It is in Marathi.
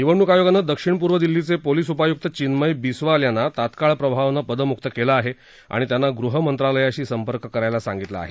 निवडणूक आयोगानं दक्षिण पूर्व दिल्लीचे पोलीस उपायुक्त चिन्मय बिस्वाल यांना तात्काळ प्रभावानं पदमुक्त केलं आहे आणि त्यांना गृहमंत्रालयाशी संपर्क करायला सांगितलं आहे